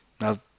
Now